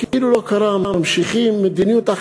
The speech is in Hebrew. כאילו לא קרה, ממשיכים מדיניות.